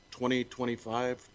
2025